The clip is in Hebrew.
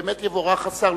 ובאמת יבורך השר.